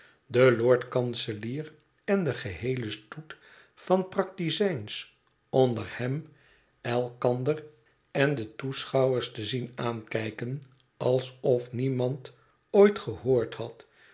voortgezet den lord-kanselier en den geheelen stoet van praktizijns onder hem elkander en de toeschouwers te zien aankijken alsof niemand ooit gehoord had